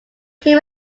came